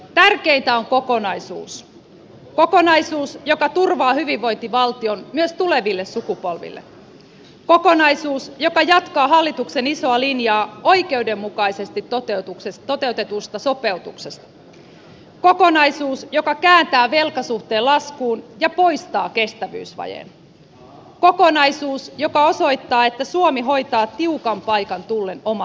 tärkeintä on kokonaisuus kokonaisuus joka turvaa hyvinvointivaltion myös tuleville sukupolville kokonaisuus joka jatkaa hallituksen isoa linjaa oikeudenmukaisesti toteutetusta sopeutuksesta kokonaisuus joka kääntää velkasuhteen laskuun ja poistaa kestävyysvajeen kokonaisuus joka osoittaa että suomi hoitaa tiukan paikan tullen omat asiansa